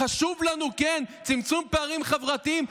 כן חשוב לנו צמצום פערים חברתיים,